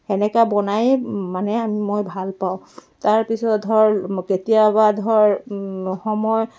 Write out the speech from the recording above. তেনেকা বনাই মানে আম মই ভাল পাওঁ তাৰপিছত ধৰ কেতিয়াবা ধৰ সময়